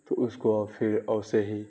تو اس کو پھر ویسے ہی